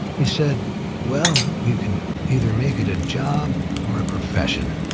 he said well, you can either make it a job or a profession.